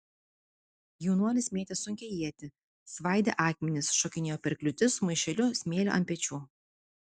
jaunuolis mėtė sunkią ietį svaidė akmenis šokinėjo per kliūtis su maišeliu smėlio ant pečių